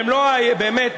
באמת,